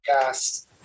gas